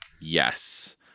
Yes